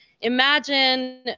imagine